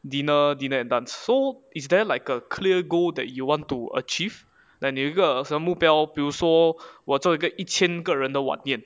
dinner dinner and dance so is there like a clear goal that you want to achieve like 你有一个目标比如说我作为一个一千个人的晚宴